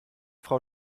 frau